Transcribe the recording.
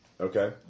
Okay